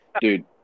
dude